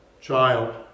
child